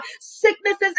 Sicknesses